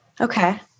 Okay